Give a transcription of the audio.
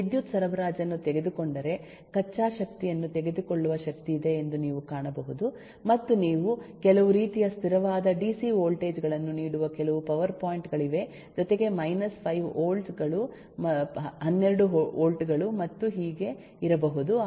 ನೀವು ವಿದ್ಯುತ್ ಸರಬರಾಜನ್ನು ತೆಗೆದುಕೊಂಡರೆ ಕಚ್ಚಾ ಶಕ್ತಿಯನ್ನು ತೆಗೆದುಕೊಳ್ಳುವ ಶಕ್ತಿಯಿದೆ ಎಂದು ನೀವು ಕಾಣಬಹುದು ಮತ್ತು ನಿಮಗೆ ಕೆಲವು ರೀತಿಯ ಸ್ಥಿರವಾದ ಡಿಸಿ ವೋಲ್ಟೇಜ್ ಗಳನ್ನು ನೀಡುವ ಕೆಲವು ಪವರ್ ಪಾಯಿಂಟ್ ಗಳಿವೆ ಜೊತೆಗೆ ಮೈನಸ್ 5 ವೋಲ್ಟ್ ಗಳು 12 ವೋಲ್ಟ್ ಗಳು ಮತ್ತು ಹೀಗೆ ಇರಬಹುದು